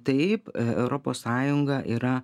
taip europos sąjunga yra